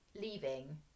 leaving